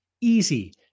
Easy